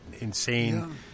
insane